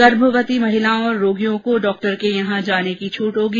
गर्भवती महिलाओं और रोगियों को डॉक्टर के यहां जाने की छूट होगी